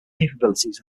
capabilities